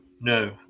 no